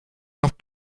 doch